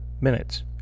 Minutes